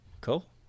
Cool